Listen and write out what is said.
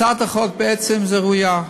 הצעת החוק בעצם ראויה,